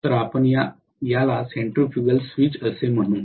तर आपण याला सेंट्रीफ्यूगल स्विच असे म्हणू